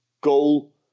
goal